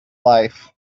life